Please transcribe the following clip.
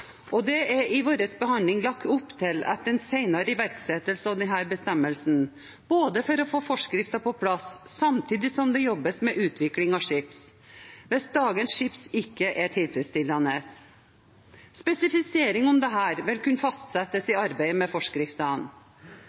og det er i vår behandling lagt opp til en senere iverksettelse av denne bestemmelsen, for å få forskriften på plass samtidig som det jobbes med utvikling av chips hvis dagens chips ikke er tilfredsstillende. Spesifisering om dette vil kunne fastsettes i arbeidet med forskriftene.